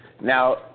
Now